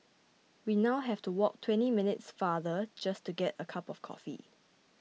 we now have to walk twenty minutes farther just to get a cup of coffee